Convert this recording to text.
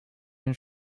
den